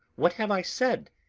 what have i said?